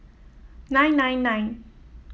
nine nine nine